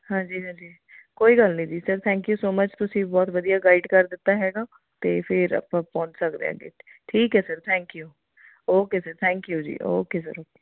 ਹਾਂਜੀ ਹਾਂਜੀ ਕੋਈ ਗੱਲ ਨਹੀਂ ਜੀ sir thank you so much ਤੁਸੀਂ ਬਹੁਤ ਵਧੀਆ ਗਾਈਡ ਕਰ ਦਿੱਤਾ ਹੈਗਾ ਅਤੇ ਫਿਰ ਆਪਾਂ ਪਹੁੰਚ ਸਕਦੇ ਆਗੇ ਠੀਕ ਹੈ sir thank you okay sir thank you ਜੀ ਓਕੇ ਸਰ